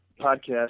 podcast